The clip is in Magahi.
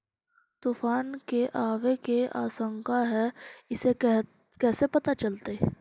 तुफान के आबे के आशंका है इस कैसे पता चलतै?